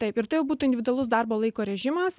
taip ir tai jau būtų individualus darbo laiko režimas